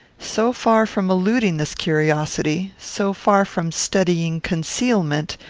so far from eluding this curiosity, so far from studying concealment,